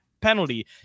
penalty